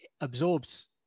absorbs